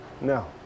No